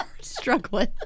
struggling